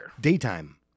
Daytime